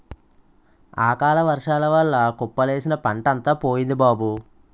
అకాలవర్సాల వల్ల కుప్పలేసిన పంటంతా పోయింది బాబూ